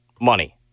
money